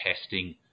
testing